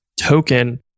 token